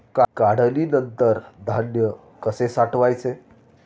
काढणीनंतर धान्य कसे साठवायचे?